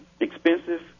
expensive